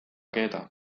keeda